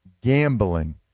gambling